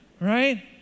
Right